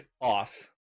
off